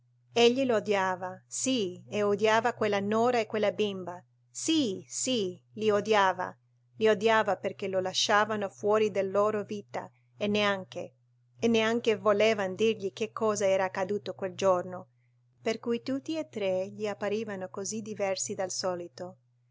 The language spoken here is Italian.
egli lo odiava sì e odiava quella nuora e quella bimba sì sì li odiava li odiava perché lo lasciavano fuori della loro vita e neanche e neanche volevan dirgli che cosa era accaduto quel giorno per cui tutti e tre gli apparivano così diversi dal solito